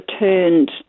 returned